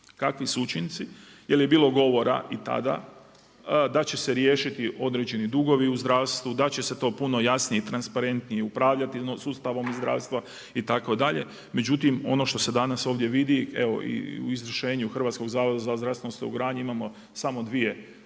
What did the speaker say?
kakvi su učinci jel je bilo govora i tada da će se riješiti određeni dugovi u zdravstvu, da će se to puno jasnije i transparentnije upravljati sustavom zdravstva itd., međutim ono što se danas ovdje vidi evo i u izvršenju HZZO-a imamo samo dvije određene